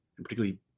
particularly